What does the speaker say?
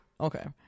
okay